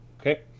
Okay